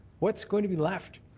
what's going to be left?